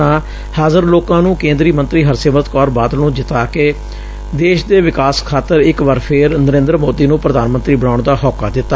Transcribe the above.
ਉਨ੍ਹਾਂ ਹਾਜ਼ਰ ਲੋਕਾਂ ਨੂੰ ਕੇਂਦਰੀ ਮੰਤਰੀ ਹਰਸਿਮਰਤ ਕੌਰ ਬਾਦਲ ਨੂੰ ਜਿਤਾ ਕੇ ਦੇਸ਼ ਦੇ ਵਿਕਾਸ ਖਾਤਰ ਇਕ ਵਾਰ ਫੇਰ ਨਰੇਂਦਰ ਮੋਦੀ ਨੂੰ ਪ੍ਰਧਾਨ ਮੰਤਰੀ ਬਣਾਉਣ ਦਾ ਹੌਕਾ ਦਿੱਤਾ